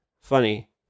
funny